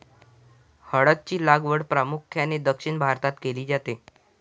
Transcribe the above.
हळद ची लागवड प्रामुख्याने दक्षिण भारतात केली जाते